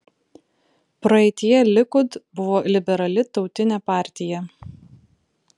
praeityje likud buvo liberali tautinė partija